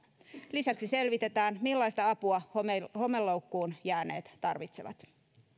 lisäksi selvitetään millaista apua homeloukkuun jääneet tarvitsevat